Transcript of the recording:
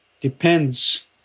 depends